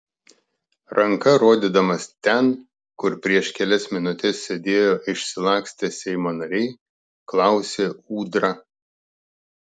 ranka rodydamas ten kur prieš kelias minutes sėdėjo išsilakstę seimo nariai klausė ūdra